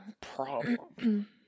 problem